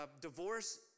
divorce